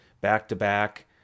back-to-back